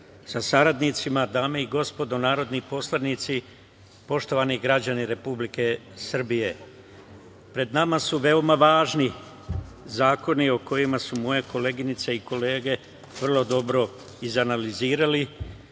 sa saradnicima, dame i gospodo narodni poslanici, poštovani građani Republike Srbije, pred nama su veoma važni zakoni o kojima su moje koleginice i kolege vrlo dobro izanalizirali